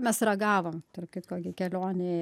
mes ragavom tarp kitko gi kelionėje